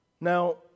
Now